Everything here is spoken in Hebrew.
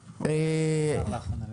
התשפ"ב-2022,